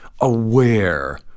aware